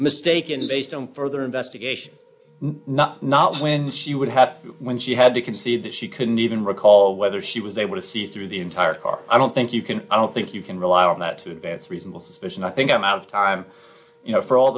mistaken seized on further investigation not not when she would have to when she had to concede that she couldn't even recall whether she was able to see through the entire car i don't think you can i don't think you can rely on that to advance reasonable suspicion i think i'm out of time you know for all